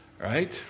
Right